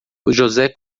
josé